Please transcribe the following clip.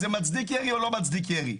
זה מצדיק ירי או לא מצדיק ירי?